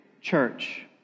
church